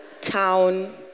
town